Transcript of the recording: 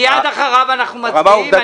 מייד אחריו אנחנו מצביעים,